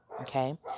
Okay